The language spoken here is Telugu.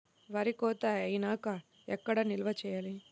వరి కోత అయినాక ఎక్కడ నిల్వ చేయాలి?